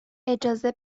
اجازه